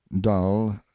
dull